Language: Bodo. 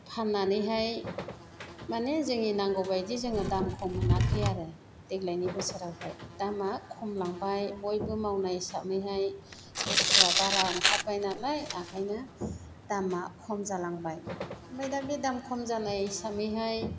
फाननानैहाय माने जोंनि नांगौबायदि जोङो दामखौ मोनाखै आरो देग्लायनि बोसोरावहाय दामआ खमायलांबाय बयबो मावनाय हिसाबैहाय बुस्थुआ बारा ओंखारबायनालाय ओंखायनो दामआ खम जालांबाय ओमफ्राय दा बे दाम खम जानाय हिसाबैहाय